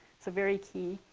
so very key.